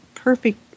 perfect